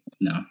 no